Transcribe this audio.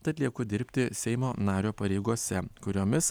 tad lieku dirbti seimo nario pareigose kuriomis